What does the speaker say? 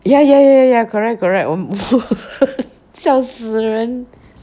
ya ya ya ya ya correct correct 我笑死人